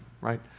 right